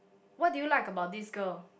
what do you like about this girl